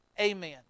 Amen